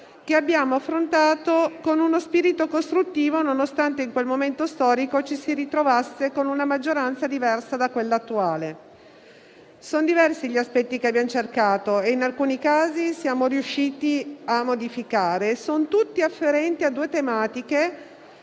che abbiamo affrontato con uno spirito costruttivo, nonostante in quel momento storico ci si ritrovasse con una maggioranza diversa da quella attuale. Sono diversi gli aspetti che abbiamo cercato e, in alcuni casi, siamo riusciti a modificare; sono tutti afferenti a due tematiche